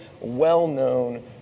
well-known